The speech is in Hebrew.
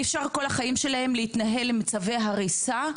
אי אפשר כל החיים שלהם להתנהל עם צווי הריסה,